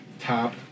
Top